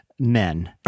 Men